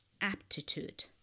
aptitude